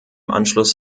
anschluss